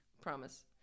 promise